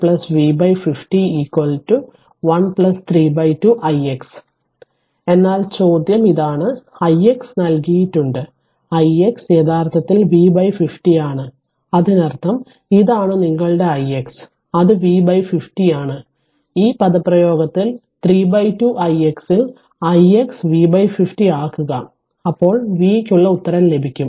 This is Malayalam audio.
V 25 V 50 1 3 2 ix എന്നാൽ ചോദ്യം ഇതാണ് ix നൽകിയിട്ടുണ്ട് ix യഥാർത്ഥത്തിൽ V 50 ആണ് അതിനർത്ഥം ഇതാണ് നിങ്ങളുടെ ix അത് V 50 ആണ് ഈ പദപ്രയോഗത്തിൽ 3 2 ix ൽ ix V 50 ആക്കുക അപ്പോൾ V യ്ക്കുള്ള ഉത്തരം ലഭിക്കും